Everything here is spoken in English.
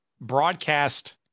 broadcast